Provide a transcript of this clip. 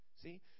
See